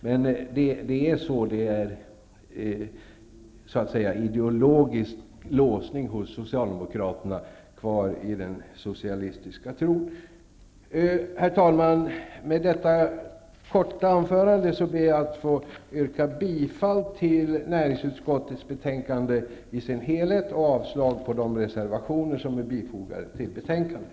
Det finns kvar en så att säga ideologisk låsning hos Socialdemokraterna vid den socialistiska tron. Herr talman! Med detta korta anförande vill jag yrka bifall till hemställan i dess helhet i näringsutskottets betänkande och avslag på de reservationer som är fogade till betänkandet.